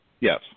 Yes